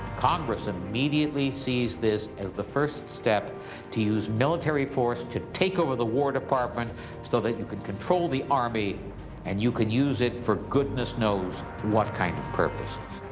congress immediately sees this as the first step to use military force to takeover the war department so that you can control the army and you can use it for goodness knows what kind of purposes.